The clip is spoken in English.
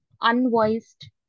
unvoiced